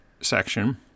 section